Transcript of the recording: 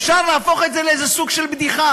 אפשר להפוך את זה לסוג של בדיחה,